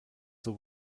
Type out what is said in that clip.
the